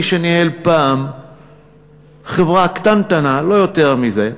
כמי שניהל פעם חברה קטנטנה, לא יותר מזה,